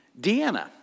Deanna